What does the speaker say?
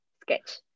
sketch